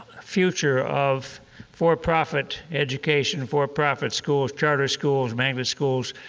future of for-profit education, for-profit schools, charter schools, magnet schools,